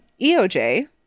EOJ